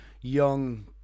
young